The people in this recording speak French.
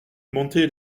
montait